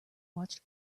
watched